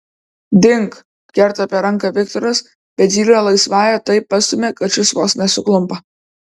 dink kerta per ranką viktoras bet zylė laisvąja taip pastumia kad šis vos nesuklumpa